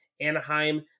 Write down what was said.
Anaheim